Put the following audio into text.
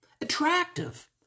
attractive